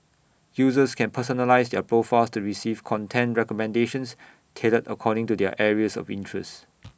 users can personalise their profiles to receive content recommendations tailored according to their areas of interest